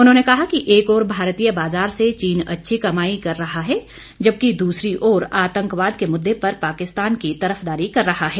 उन्होंने कहा कि एक ओर भारतीय बाजार से चीन अच्छी कमाई कर रहा है जबकि दूसरी ओर आतंकवाद के मुद्दे पर पाकिस्तान की तरफदारी कर रहा है